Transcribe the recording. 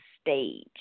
stage